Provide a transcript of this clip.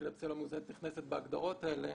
ואפילפסיה לא מאוזנת נכנסת להגדרות האלה,